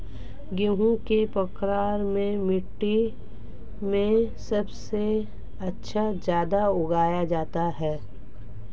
गेहूँ किस प्रकार की मिट्टी में सबसे अच्छा उगाया जाता है?